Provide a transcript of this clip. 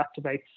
activates